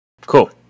Cool